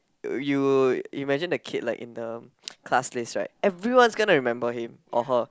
you'll imagine the kid like in the class list right everyone's gonna remember him or her